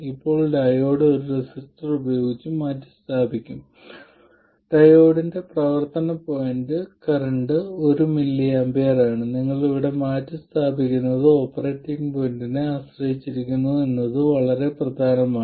ഇപ്പോൾ ഡയോഡ് ഒരു റെസിസ്റ്റർ ഉപയോഗിച്ച് മാറ്റിസ്ഥാപിക്കും ഡയോഡിന്റെ പ്രവർത്തന പോയിന്റ് കറന്റ് 1mA ആണ് നിങ്ങൾ ഇവിടെ മാറ്റിസ്ഥാപിക്കുന്നത് ഓപ്പറേറ്റിംഗ് പോയിന്റിനെ ആശ്രയിച്ചിരിക്കുന്നു എന്നത് വളരെ പ്രധാനമാണ്